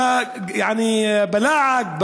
יעני בלעג,